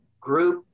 group